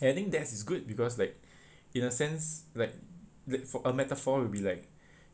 and I think that is good because like in a sense like like for a metaphor will be like